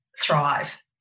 thrive